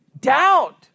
doubt